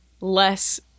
less